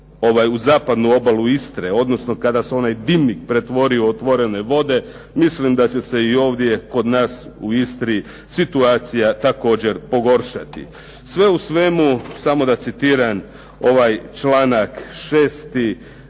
uz zapadnu obalu Istre, odnosno kada se onaj "dimnik" pretvori u otvorene vode, mislim da će se i ovdje kod nas u Istri situacija također pogoršati. Sve u svemu, samo da citiram ovaj članak 6.